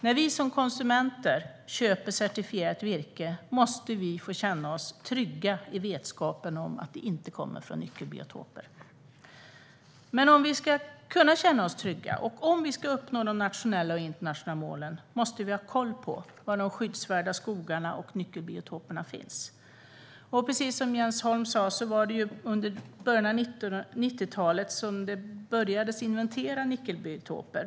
När vi som konsumenter köper certifierat virke måste vi få känna oss trygga i vetskapen om att det inte kommer från nyckelbiotoper. Men om vi ska kunna känna oss trygga och om vi ska uppnå de nationella och internationella målen måste vi ha koll på var de skyddsvärda skogarna och nyckelbiotoperna finns. Precis som Jens Holm sa var det under början av 1990-talet som man började inventera nyckelbiotoper.